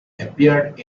appeared